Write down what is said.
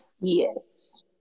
Yes